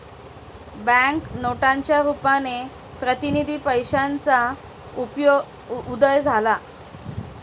bank नोटांच्या रुपाने प्रतिनिधी पैशाचा उदय झाला